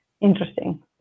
interesting